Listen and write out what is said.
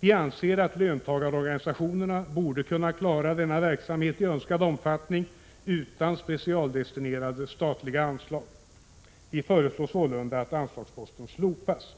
Vi anser att löntagarorganisationerna borde kunna klara denna verksamhet i önskad omfattning utan specialdestinerade statliga anslag. Vi föreslår sålunda att anslagsposten slopas.